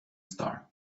star